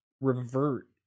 revert